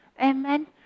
Amen